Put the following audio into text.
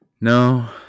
No